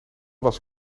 was